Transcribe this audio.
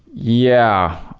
yeah.